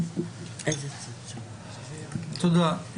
תודה.